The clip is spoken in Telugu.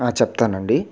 చెప్తానండి